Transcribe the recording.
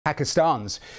Pakistan's